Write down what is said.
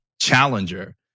challenger